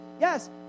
yes